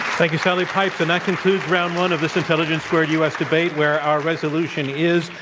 thank you, sally pipes, and that concludes round one of this intelligence squared u. s. debate, where our resolution is,